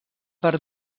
per